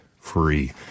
free